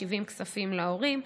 משיבים כספים להורים.